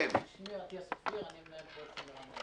שמי אטיאס אופיר, אני מנהל פרויקטים ברמי לוי.